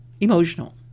emotional